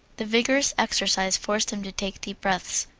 the vigorous exercise forced him to take deep breaths,